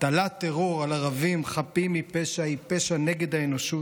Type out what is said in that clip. הטלת טרור על ערבים חפים מפשע היא פשע נגד האנושות,